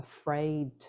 afraid